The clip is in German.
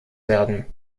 werden